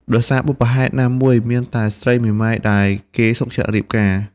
ដោយសារបុព្វហេតុណាមួយ មានតែស្រីមេម៉ាយ ដែលគេសុខចិត្តរៀបការ ។